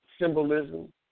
Symbolism